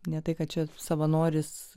ne tai kad čia savanoris